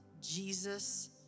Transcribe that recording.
Jesus